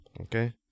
okay